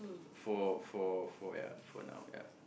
for for for ya for now ya